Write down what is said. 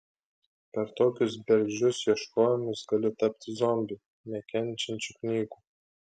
per tokius bergždžius ieškojimus gali tapti zombiu nekenčiančiu knygų